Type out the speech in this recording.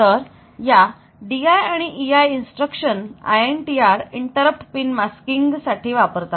तर या DI आणि EI instruction INTR interrupt pin masking साठी वापरतात